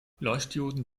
leuchtdioden